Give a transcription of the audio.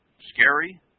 Scary